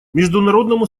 международному